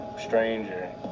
stranger